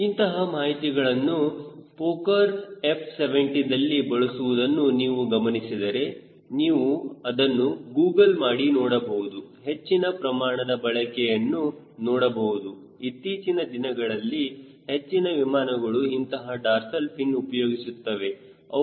ಇಂತಹ ಮಾಹಿತಿಗಳನ್ನು Fokker F 70 ದಲ್ಲಿ ಬಳಸುವುದನ್ನು ನೀವು ಗಮನಿಸಿದರೆ ನೀವು ಅದನ್ನು ಗೂಗಲ್ ಮಾಡಿ ನೋಡಬಹುದು ಹೆಚ್ಚಿನ ಪ್ರಮಾಣದ ಬಳಕೆಯನ್ನು ನೋಡಬಹುದು ಇತ್ತೀಚಿನ ದಿನಗಳಲ್ಲಿ ಹೆಚ್ಚಿನ ವಿಮಾನಗಳು ಇಂತಹ ಡಾರ್ಸಲ್ ಫಿನ್ ಉಪಯೋಗಿಸುತ್ತವೆ